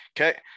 okay